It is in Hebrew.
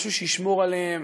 משהו שישמור עליהם